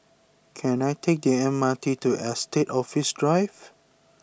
can I take the M R T to Estate Office Drive